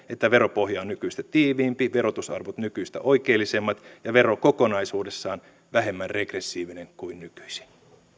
että veropohja on nykyistä tiiviimpi verotusarvot nykyistä oikeellisemmat ja vero kokonaisuudessaan vähemmän regressiivinen kuin nykyisin